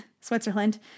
Switzerland